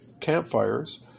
campfires